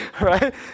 right